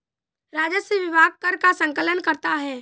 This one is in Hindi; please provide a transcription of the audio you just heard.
राजस्व विभाग कर का संकलन करता है